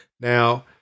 now